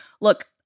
look